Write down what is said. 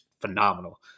phenomenal